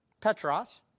Petros